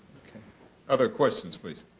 other questions please.